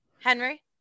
henry